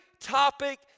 topic